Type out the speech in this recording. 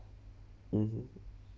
mmhmm